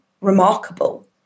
remarkable